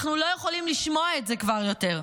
אנחנו לא יכולים לשמוע את זה כבר יותר.